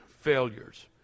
failures